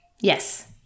Yes